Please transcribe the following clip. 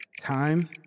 Time